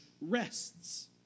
rests